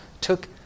took